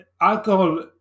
alcohol